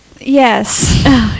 Yes